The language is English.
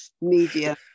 media